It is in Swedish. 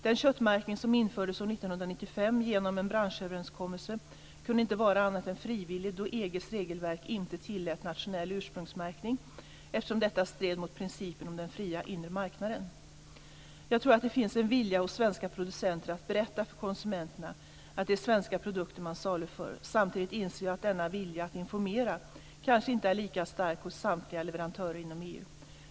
Den köttmärkning som infördes år 1995 genom en branschöverenskommelse kunde inte vara annat än frivillig då EG:s regelverk inte tillät nationell ursprungsmärkning eftersom detta stred mot principen om den fria inre marknaden. Jag tror att det finns en vilja hos svenska producenter att berätta för konsumenterna att det är svenska produkter man saluför. Samtidigt inser jag att denna vilja att informera kanske inte är lika stark hos samtliga leverantörer inom EU.